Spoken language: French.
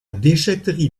déchèterie